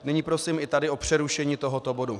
Nyní prosím i tady o přerušení tohoto bodu.